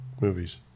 movies